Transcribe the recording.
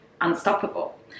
unstoppable